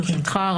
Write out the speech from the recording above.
ברשותך,